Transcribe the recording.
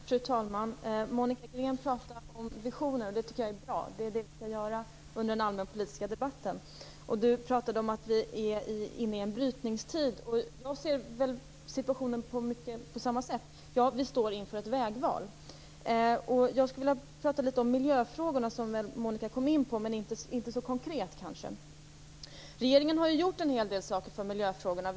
Fru talman! Monica Green talade om visioner. Det tycker jag är bra. Det är det som vi skall göra under den allmänpolitiska debatten. Hon talade om att vi är inne i en brytningstid. Jag ser väl på situationen på i stort sett samma sätt. Ja, vi står inför ett vägval. Jag skulle vilja tala litet grand om miljöfrågorna som Monica Green kom in på, men inte så konkret. Regeringen har ju gjort en hel del när det gäller miljöfrågorna.